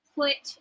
put